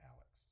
Alex